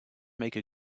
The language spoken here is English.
make